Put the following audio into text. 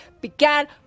Began